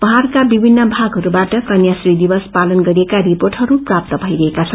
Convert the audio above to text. पहाड़का विभिन्न थागहरुबाट कन्याश्री दिवस पालन गरिएका रिपोटहरू प्राप्त भई रहेका छन्